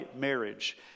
marriage